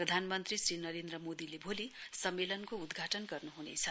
प्रधानमन्त्री श्री नरेन्द्र मोदीले भोलि सम्मेलनको उदघाटन गर्नुहुनेछ